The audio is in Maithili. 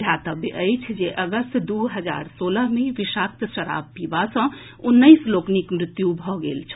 ध्यातव्य अछि जे अगस्त दू हजार सोलह मे विषाक्त शराब पीबा सँ उन्नैस लोकनिक मृत्यु भऽ गेल छल